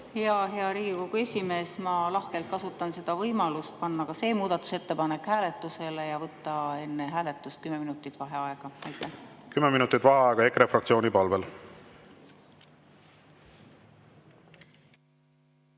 Hea Riigikogu esimees! Ma lahkelt kasutan võimalust panna ka see muudatusettepanek hääletusele ja võtta enne hääletust kümme minutit vaheaega. Kümme minutit vaheaega EKRE fraktsiooni palvel.V